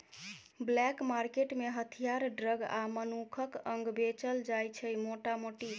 black market मे हथियार, drug आ मनुखक अंग बेचल जाइ छै मोटा मोटी